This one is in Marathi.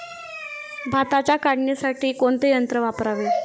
भाताच्या काढणीसाठी कोणते यंत्र वापरावे?